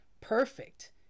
perfect